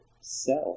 self